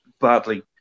badly